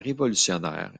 révolutionnaires